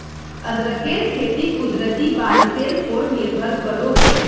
अदरकेर खेती कुदरती बारिशेर पोर निर्भर करोह